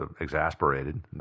exasperated